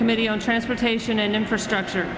committee on transportation and infrastructure